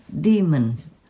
demons